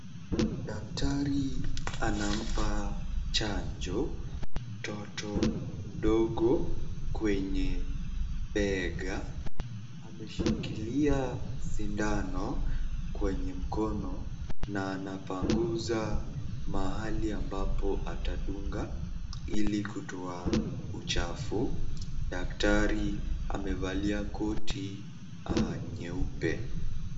Daktari anampa chajo mtoto mdogo kwenye bega, ameshikilia shindano kwenye mkono na anapanguza mahali ambapo atadunga ili kutoa uchafu. Daktari amevalia koti nyeupe.